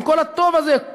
עם כל הטוב הזה,